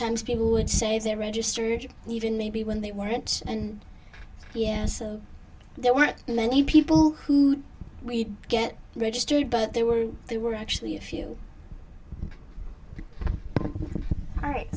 times people would say they're registered and even maybe when they weren't and yes there were many people who we get registered but there were there were actually a few right